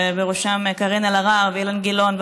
ובראשם קארין אלהרר ואילן גילאון,